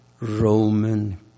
Roman